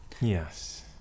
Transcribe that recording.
Yes